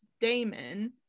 Damon